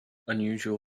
unusual